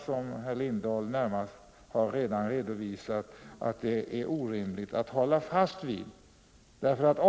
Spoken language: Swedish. Som herr Lindahl i Hamburgsund redan har redovisat är det orimligt att hålla fast vid detta.